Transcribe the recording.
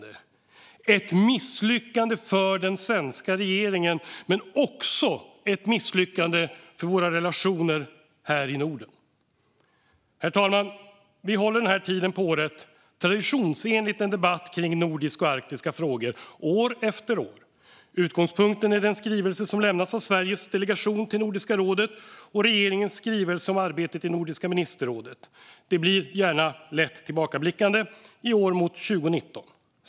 Det är ett misslyckande för den svenska regeringen men också ett misslyckande för våra relationer här i Norden. Herr talman! Vi håller den här tiden på året traditionsenligt en debatt om nordiska och arktiska frågor, år efter år. Utgångspunkten är den skrivelse som lämnats av Sveriges delegation till Nordiska rådet och regeringens skrivelse om arbetet i Nordiska ministerrådet. Det blir gärna lätt tillbakablickande - i år mot 2019.